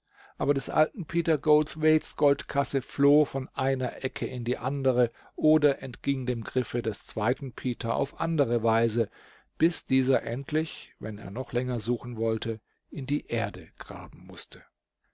aber des alten peter goldthwaite's goldkasse floh von einer ecke in die andere oder entging dem griffe des zweiten peter auf andere weise bis dieser endlich wenn er noch länger suchen wollte in die erde graben mußte